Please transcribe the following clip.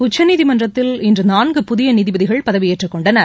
உச்சநீதிமன்றத்தில் இன்று நான்கு புதிய நீதிபதிகள் பதவியேற்றுக் கொண்டனர்